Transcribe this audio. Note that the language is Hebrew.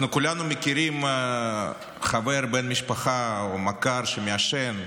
כולנו מכירים חבר, בן משפחה או מכר שמעשן,